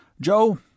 Joe